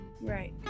right